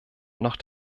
noch